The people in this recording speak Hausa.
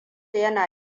yana